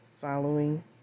following